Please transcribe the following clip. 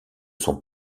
son